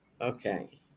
okay